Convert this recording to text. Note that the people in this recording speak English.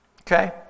Okay